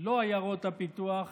לא עיירות הפיתוח